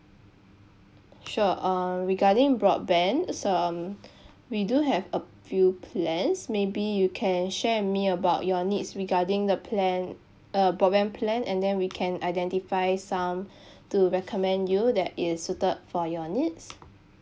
sure uh regarding broadband so um we do have a few plans maybe you can share with me about your needs regarding the plan uh broadband plan and then we can identify some to recommend you that is suited for your needs